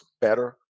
better